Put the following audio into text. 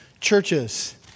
churches